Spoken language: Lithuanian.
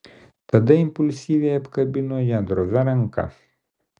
tada impulsyviai apkabino ją drovia ranka